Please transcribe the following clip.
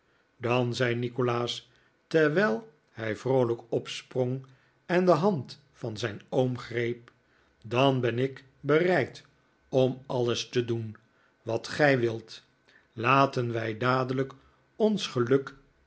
dan zei nikolaas terwijl hij vroolijk opsprong en de hand van zijn oom greep dan ben ik bereid om alles te doen wat gij wilt laten wij dadelijk ons geluk